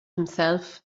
himself